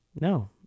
no